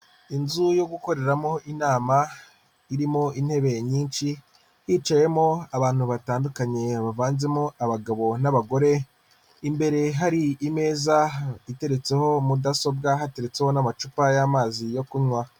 Inzu yo gukoreramo inama irimo intebe nyinshi hicayemo abantu batandukanye bavanzemo abagabo n'abagore, imbere hari imeza iteretseho mudasobwa hateretseho n'amacupa y'amazi yo kunywa.